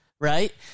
right